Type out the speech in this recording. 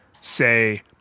say